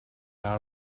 out